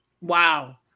Wow